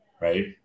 Right